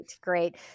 great